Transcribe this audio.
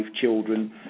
children